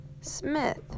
Smith